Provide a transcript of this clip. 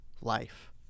life